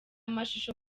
mashusho